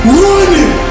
running